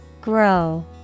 Grow